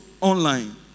online